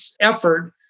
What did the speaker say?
effort